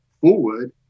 forward